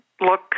look